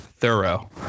thorough